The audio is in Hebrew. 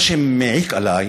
מה שמעיק עליי